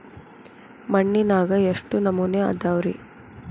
ಮಣ್ಣಿನಾಗ ಎಷ್ಟು ನಮೂನೆ ಅದಾವ ರಿ?